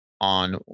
on